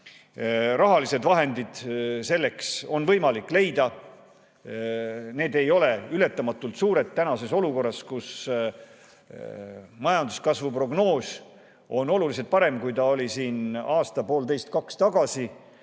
Rahalised vahendid selleks on võimalik leida. Need ei ole ületamatult suured tänases olukorras, kus majanduskasvu prognoos on oluliselt parem, kui ta oli siin aasta, poolteist, kaks tagasi,